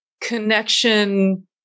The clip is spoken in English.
Connection